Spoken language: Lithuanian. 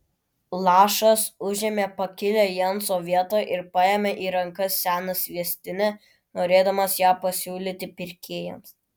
lašas užėmė pakilią jenso vietą ir paėmė į rankas seną sviestinę norėdamas ją pasiūlyti pirkėjams